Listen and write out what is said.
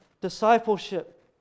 discipleship